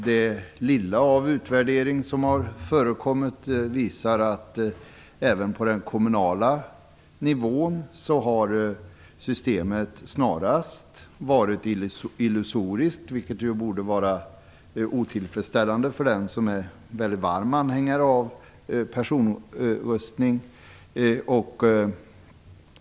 Den lilla utvärdering som har förekommit visar att även på den kommunala nivån har systemet snarast varit illusoriskt, vilket borde vara otillfredsställande för den som är en mycket varm anhängare av personröstning.